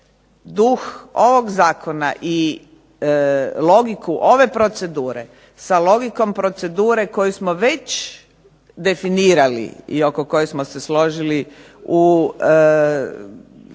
duh ovog zakona i logiku ove procedure sa logikom procedure koju smo već definirali i oko koje smo se složili u